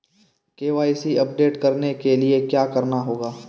KYC update करने के लिए क्या करना होगा?